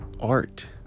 art